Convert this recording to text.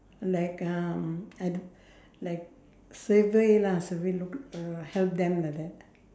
like um I do like survey lah survey look uh help them like that